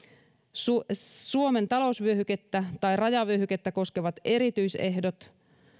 suomen suomen talousvyöhykettä tai rajavyöhykettä koskevat erityisehdot